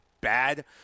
bad